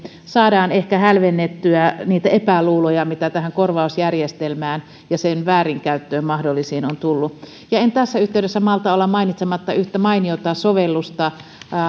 saadaan ehkä hälvennettyä niitä epäluuloja mitä tähän korvausjärjestelmään ja sen mahdolliseen väärinkäyttöön on tullut en tässä yhteydessä malta olla mainitsematta yhtä mainiota sovellusta